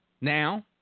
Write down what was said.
now